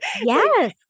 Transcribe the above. Yes